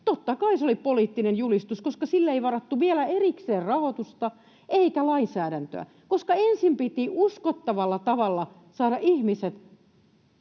Totta kai se oli poliittinen julistus, koska sille ei varattu vielä erikseen rahoitusta eikä lainsäädäntöä, koska ensin piti uskottavalla tavalla saada ihmiset